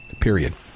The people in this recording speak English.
period